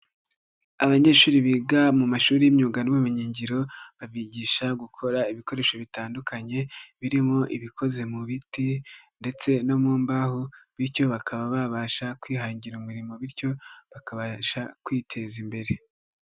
Abanyeshuri biga mu mashuri y'imyuga n'ubumenyingiro, babigisha gukora ibikoresho bitandukanye birimo ibikoze mu biti ndetse no mu mbaho, bityo bakaba babasha kwihangira umurimo bityo bakabasha kwiteza imbere.